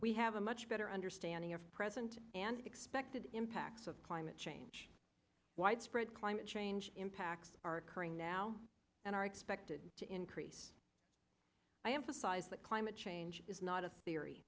we have a much better understanding of present and expected impacts of climate change widespread climate change impacts are occurring now and are expected to increase i emphasize that climate change is not a theory